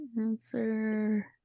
Answer